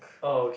oh